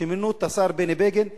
שמינו את השר בני בגין לשמוע.